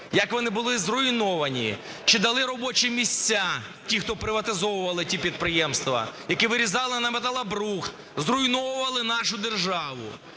як вони були зруйновані; чи дали робочі місця ті, хто приватизовували ті підприємства, які вирізали на металобрухт, зруйновували нашу державу.